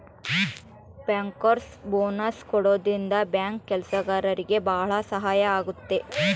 bankers bonus ಕೊಡೋದ್ರಿಂದ bank ಕೆಲ್ಸಗಾರ್ರಿಗೆ ಭಾಳ ಸಹಾಯ ಆಗುತ್ತೆ